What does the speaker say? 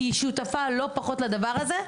כי היא שותפה לא פחות לדבר הזה,